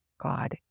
God